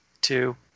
two